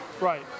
Right